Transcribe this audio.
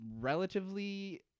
relatively